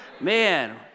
Man